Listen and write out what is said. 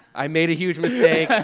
i made a huge mistake